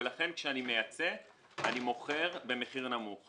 ולכן כשאני מייצא אני מוכר במחיר נמוך.